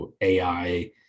AI